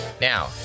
Now